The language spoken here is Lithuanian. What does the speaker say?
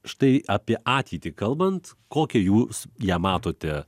štai apie ateitį kalbant kokią jūs ją matote